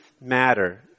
matter